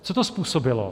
Co to způsobilo?